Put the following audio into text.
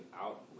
out